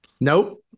Nope